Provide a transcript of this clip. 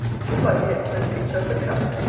should like the excellent picture of the trout,